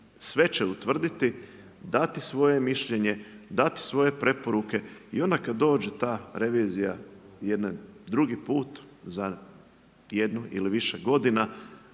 sve će utvrditi, dati svoje mišljenje, dati svoje preporuke. I onda kada dođe ta revizija jedan drugi put za jednu ili više godina